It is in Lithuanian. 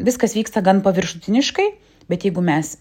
viskas vyksta gan paviršutiniškai bet jeigu mes